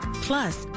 Plus